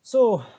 so